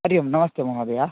हरिः ओं नमस्ते महोदयः